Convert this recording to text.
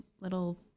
little